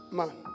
man